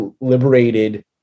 liberated